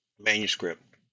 manuscript